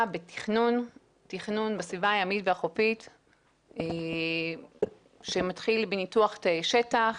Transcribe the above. בתכנון בסביבה הימית והחופית שמתחיל בניתוח תאי שטח,